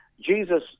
Jesus